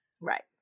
Right